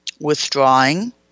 withdrawing